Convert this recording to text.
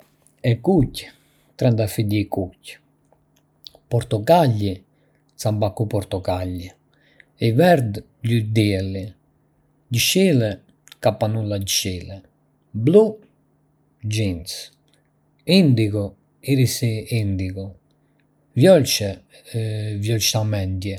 E kuqe: Trëndafili i kuq Portokalli: Zambaku portokalli E verdhë: Luledielli Jeshile: Kampanula jeshile Blu: jeans Indigo: Irisi indigo Vjollcë: Vjollca mendje